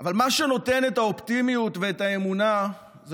אבל מה שנותן את האופטימיות ואת האמונה זה